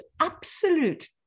absolute